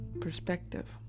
perspective